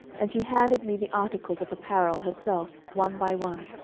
and she handed me the articles of apparel herself one by one,